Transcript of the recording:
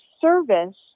service